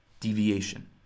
deviation